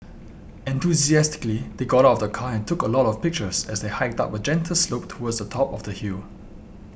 enthusiastically they got of the car took a lot of pictures as they hiked up a gentle slope towards the top of the hill